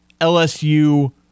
LSU